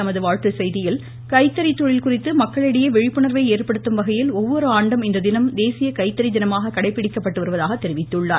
தமது வாழ்த்துச் செய்தியில் கைத்தறி தொழில் குறித்து மக்களிடையே விழிப்புணர்வை ஏற்படுத்தும்வகையில் ஒவ்வொரு ஆண்டும் இத்தினம் தேசிய கைத்தறி தினமாக கடைப்பிடிக்கப்பட்டு வருவதாக தெரிவித்துள்ளார்